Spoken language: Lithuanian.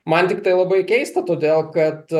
man tiktai labai keista todėl kad